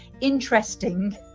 interesting